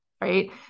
Right